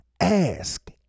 ask